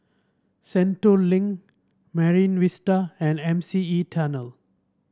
Sentul Link Marine Vista and M C E Tunnel